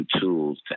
tools